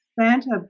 Santa